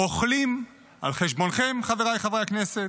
אוכלים על חשבונכם חבריי חברי הכנסת,